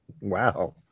Wow